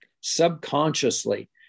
subconsciously